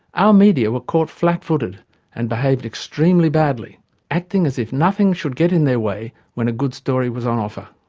our media were caught flat-footed and behaved extremely badly acting as if nothing should get in their way when a good story was on offer.